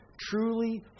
truly